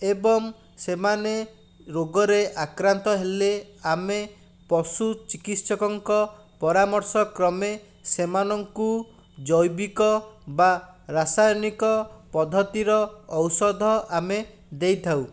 ଏବଂ ସେମାନେ ରୋଗରେ ଆକ୍ରାନ୍ତ ହେଲେ ଆମେ ପଶୁ ଚିକିତ୍ସକଙ୍କ ପରାମର୍ଶ କ୍ରମେ ସେମାନଙ୍କୁ ଜୈବିକ ବା ରାସାୟନିକ ପଦ୍ଧତିର ଔଷଧ ଆମେ ଦେଇଥାଉ